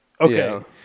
okay